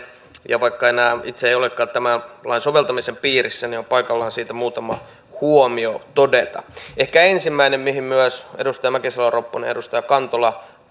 ja vaikka en enää itse olekaan tämän lain soveltamisen piirissä on paikallaan siitä muutama huomio todeta ehkä ensimmäinen mihin myös edustaja mäkisalo ropponen ja edustaja kantola